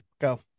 Go